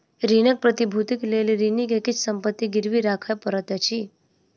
ऋणक प्रतिभूतिक लेल ऋणी के किछ संपत्ति गिरवी राखअ पड़ैत अछि